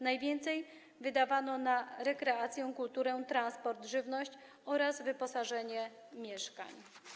Najwięcej wydawano na rekreację, kulturę, transport, żywność oraz wyposażenie mieszkań.